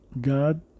God